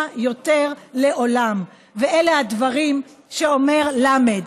יותר לעולם ואלה הדברים שאומר ל',